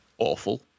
Awful